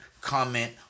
comment